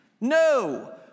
No